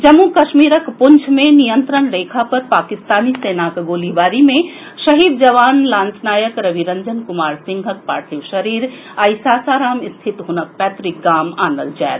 जम्मू कश्मीरक पूंछ मे नियंत्रण रेखा पर पाकिस्तानी सेनाक गोलीबारी मे शहीद जवान लांसनायक रविरंजन कुमार सिंहक पार्थिव शरीर आइ सासाराम रिथित हुनक पैतृक गाम आनल जायत